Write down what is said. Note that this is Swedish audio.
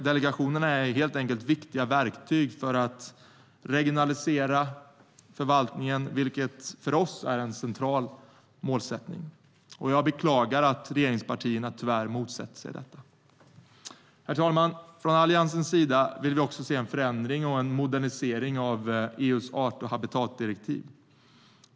Delegationerna är helt enkelt viktiga verktyg för att regionalisera förvaltningen, vilket är en central målsättning för oss. Jag beklagar att regeringspartierna tyvärr motsätter sig detta. Herr talman! Från Alliansens sida vill vi också se en förändring och en modernisering av EU:s art och habitatdirektiv.